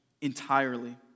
entirely